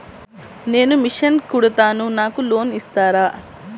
నేను మిషన్ కుడతాను నాకు లోన్ ఇస్తారా?